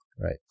right